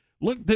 look